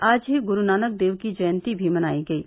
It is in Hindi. आज ही गुरू नानक देव की जयंती भी मनायी गयी